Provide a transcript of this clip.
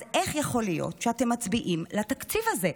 אז איך יכול להיות שאתם מצביעים על התקציב הזה?